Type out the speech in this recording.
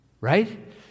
right